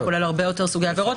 כולל הרבה יותר סוגי עבירות,